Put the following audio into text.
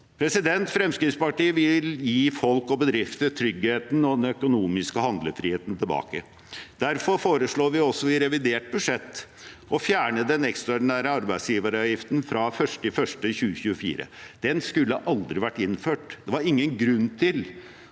Fremskrittspartiet vil gi folk og bedrifter tryggheten og den økonomiske handlefriheten tilbake. Derfor foreslår vi også i revidert budsjett å fjerne den ekstraordinære arbeidsgiveravgiften fra 1. januar 2024. Den skulle aldri vært innført. Det var ingen grunn til